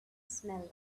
smell